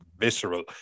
visceral